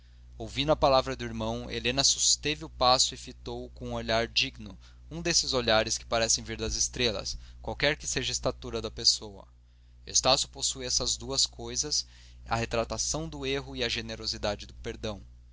ouvindo a palavra do irmão helena susteve o passo e fitou-o com um olhar digno um desses olhares que parecem vir das estrelas qualquer que seja a estatura da pessoa estácio possuía estas duas coisas a retratação do erro e a generosidade do perdão